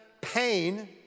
Pain